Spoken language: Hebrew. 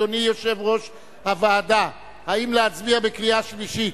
אדוני יושב-ראש הוועדה, האם להצביע בקריאה שלישית?